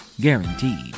Guaranteed